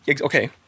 okay